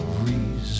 reason